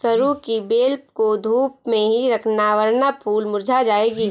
सरू की बेल को धूप में ही रखना वरना फूल मुरझा जाएगी